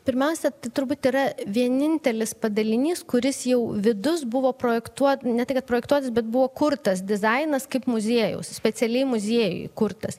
pirmiausia tai turbūt yra vienintelis padalinys kuris jau vidus buvo projektuo ne tai kad projektuotas bet buvo kurtas dizainas kaip muziejaus specialiai muziejui kurtas